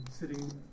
sitting